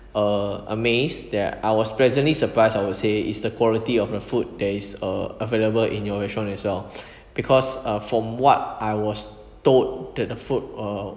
uh amazed that I was pleasantly surprised I will say is the quality of the food that is uh available in your restaurant as well because uh from what I was told that the food uh